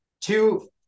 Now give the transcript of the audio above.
two